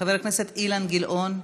חבר הכנסת אילן גילאון,